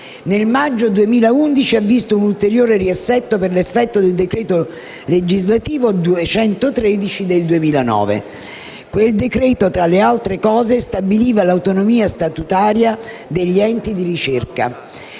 Nel maggio 2011 ha visto un ulteriore riassetto per effetto del decreto legislativo n. 213 del 2009. Quel decreto, tra le altre cose, stabiliva l'autonomia statutaria degli enti di ricerca.